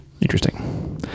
Interesting